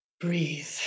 breathe